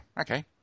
Okay